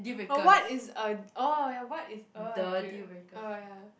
oh what is a oh ya what is a deal oh ya